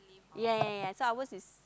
ya ya ya so ours is